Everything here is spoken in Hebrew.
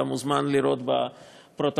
אתה מוזמן לראות בפרוטוקול.